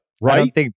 right